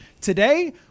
Today